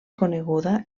coneguda